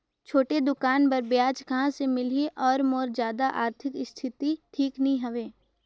छोटे दुकान बर ब्याज कहा से मिल ही और मोर जादा आरथिक स्थिति ठीक नी हवे?